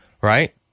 Right